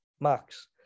Max